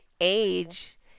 age